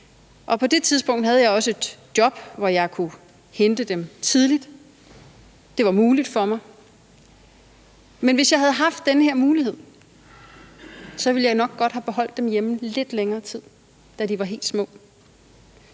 på det tidspunkt havde jeg også et job, hvor jeg kunne hente dem tidligt. Det var muligt for mig, men hvis jeg havde haft den her mulighed, ville jeg nok godt have beholdt dem hjemme lidt længere tid, da de var helt små.